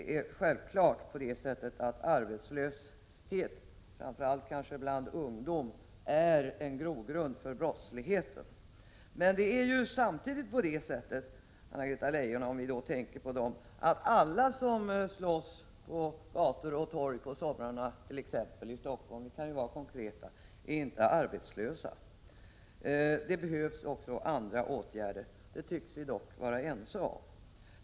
Det är självklart på det sättet att arbetslöshet, framför allt kanske bland ungdomar, är en grogrund för brottsligheten. Samtidigt är det emellertid på det sättet, Anna-Greta Leijon, att alla som slåss på gator och torg på somrarna, t.ex. i Stockholm om vi skall vara konkreta, inte är arbetslösa. Det behövs alltså andra åtgärder också. Det tycks vi dock vara överens om.